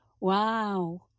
wow